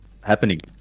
happening